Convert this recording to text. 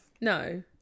No